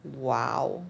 !wow!